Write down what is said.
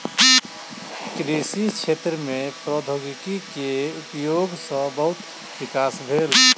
कृषि क्षेत्र में प्रौद्योगिकी के उपयोग सॅ बहुत विकास भेल